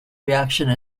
reaction